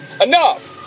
Enough